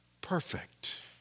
perfect